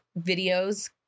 videos